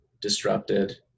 disrupted